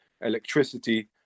electricity